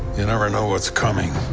you never know what's coming.